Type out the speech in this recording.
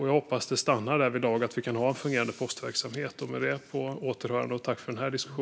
Jag hoppas att det stannar vid att vi ändå kan ha en fungerande postverksamhet. På återhörande och tack för denna debatt!